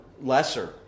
lesser